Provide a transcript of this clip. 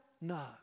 No